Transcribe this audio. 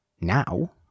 now